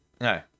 No